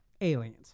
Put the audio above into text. aliens